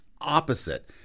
opposite